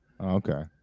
Okay